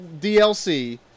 DLC